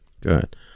Good